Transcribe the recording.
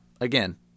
again